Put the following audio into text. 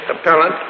Appellant